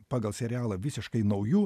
pagal serialą visiškai nauju